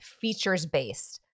features-based